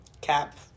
cap